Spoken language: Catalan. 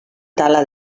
tala